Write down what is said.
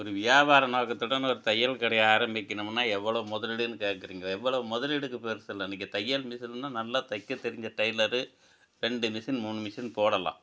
ஒரு வியாபார நோக்கத்துடன் ஒரு தையல் கடையை ஆரம்பிக்கணுமுன்னா எவ்வளோ முதலீடுன்னு கேட்குறீங்களே எவ்வளோ முதலீடுக்கு பெருசுல்ல இன்னைக்கு தையல் மிஷின்னா நல்லா தைக்க தெரிஞ்ச டெய்லரு ரெண்டு மிஷின் மூணு மிஷின் போடலாம்